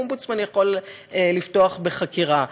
האומבודסמן יכול לפתוח בחקירה,